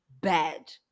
bad